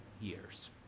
years